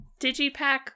digipack